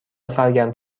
سرگرم